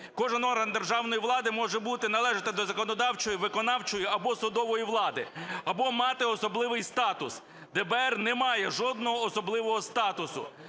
кожен орган державної влади може бути, належати до законодавчої, виконавчої або судової влади або мати особливий статус. ДБР не має жодного особливого статусу.